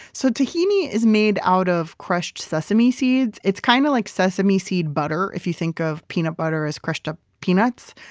so tahini is made out of crushed sesame seeds. it's kind of like sesame seed butter, if you think of peanut butter as crushed up peanuts.